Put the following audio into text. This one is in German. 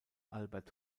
albert